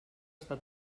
està